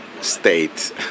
state